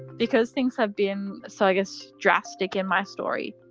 because things have been so i guess drastic in my story,